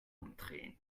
umdrehen